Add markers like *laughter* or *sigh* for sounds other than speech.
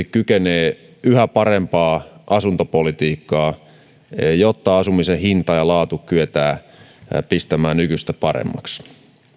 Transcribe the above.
*unintelligible* kykenevät yhä parempaan asuntopolitiikkaan jotta asumisen hinta ja laatu kyetään pistämään nykyistä paremmaksi